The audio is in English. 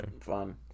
fun